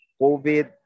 COVID